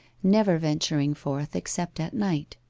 never venturing forth except at night.